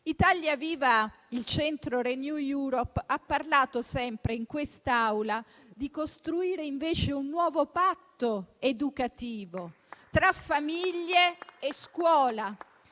Italia Viva-Il Centro-Renew Europe ha parlato sempre in quest'Aula di costruire invece un nuovo patto educativo tra famiglie e scuola.